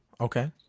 Okay